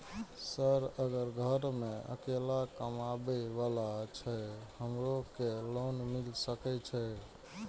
Sir अगर घर में अकेला कमबे वाला छे हमरो के लोन मिल सके छे?